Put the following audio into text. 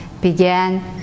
began